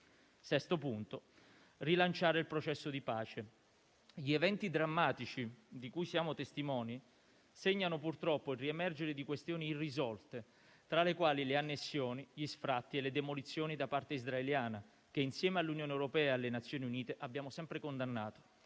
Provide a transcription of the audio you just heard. Sesto punto: rilanciare il processo di pace. Gli eventi drammatici di cui siamo testimoni segnano, purtroppo, il riemergere di questioni irrisolte, tra le quali le annessioni, gli sfratti e le demolizioni da parte israeliana, che, insieme all'Unione europea e alle Nazioni Unite, abbiamo sempre condannato.